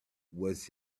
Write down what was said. was